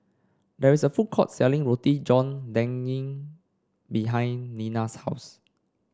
there is a food court selling Roti John Daging behind Nina's house